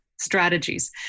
strategies